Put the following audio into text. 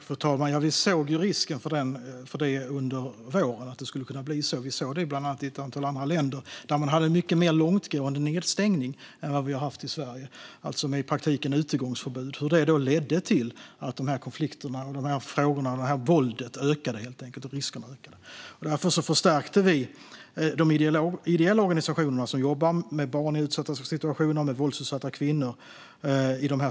Fru talman! Under våren såg vi risken för att det skulle kunna bli så. Det blev så i ett antal andra länder, där man hade en mycket mer långtgående nedstängning än vad vi har haft i Sverige, i praktiken med utegångsförbud. Det ledde till att konflikterna, våldet och riskerna ökade. Därför förstärkte vi i våras med 100 miljoner kronor ideella organisationer som jobbar med barn i utsatta situationer och våldsutsatta kvinnor.